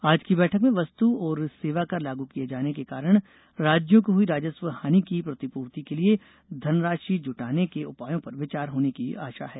आज की बैठक में वस्तु और सेवाकर लागू किए जाने के कारण राज्यों को हई राजस्व हानि की प्रतिपूर्ति के लिए धनराशि जुटाने के उपायों पर विचार होने की आशा है